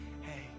hey